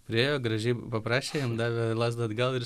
priėjo gražiai paprašė jam davė lazdą atgal ir